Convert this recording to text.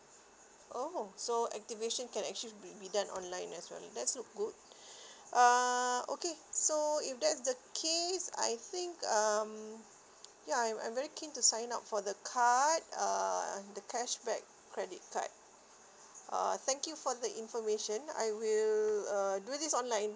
oh so activation can actually be be done online as well that's so good uh okay so if that's the case I think um ya I'm I'm very keen to sign up for the card uh the cashback credit card uh thank you for the information I will uh do this online